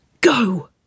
Go